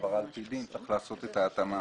העברה על פי דין וצריך לעשות את ההתאמה